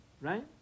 Right